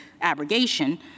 abrogation